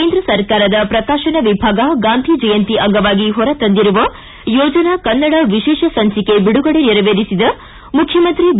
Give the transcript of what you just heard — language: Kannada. ಕೇಂದ್ರ ಸರ್ಕಾರದ ಪ್ರಕಾಶನ ವಿಭಾಗ ಗಾಂಧಿ ಜಯಂತಿ ಅಂಗವಾಗಿ ಹೊರ ತಂದಿರುವ ಯೋಜನಾ ಕನ್ನಡ ವಿಶೇಷ ಸಂಚಿಕೆ ಬಿಡುಗಡೆ ನೆರವೇರಿಸಿದ ಮುಖ್ಯಮಂತ್ರಿ ಬಿ